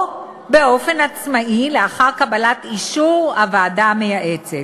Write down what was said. או באופן עצמאי לאחר קבלת אישור הוועדה המייעצת.